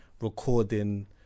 recording